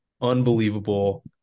unbelievable